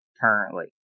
currently